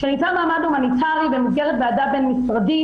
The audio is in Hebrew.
כשניתן מעמד הומניטרי במסגרת ועדה בין-משרדית,